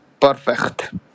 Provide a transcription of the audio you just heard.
perfect